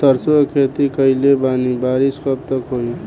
सरसों के खेती कईले बानी बारिश कब तक होई?